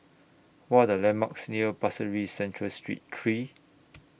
What The landmarks near Pasir Ris Central Street three